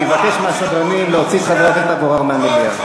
אני מבקש מהסדרנים להוציא את חבר הכנסת אבו עראר מהמליאה.